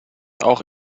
auch